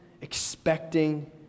expecting